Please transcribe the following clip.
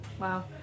wow